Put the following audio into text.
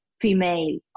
female